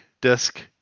disk